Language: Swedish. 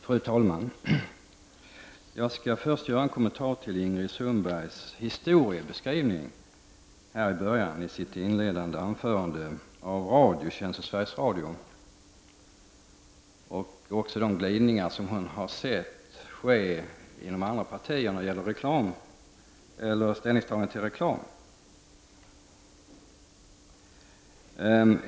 Fru talman! Jag skall först göra en kommentar till den historiebeskrivning som Ingrid Sundberg gjorde i början av sitt inledande anförande om Radiotjänst och Sveriges Radio och de glidningar som hon har sett i de andra partierna när det gäller ställningstagande till reklam.